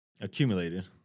accumulated